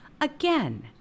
Again